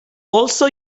also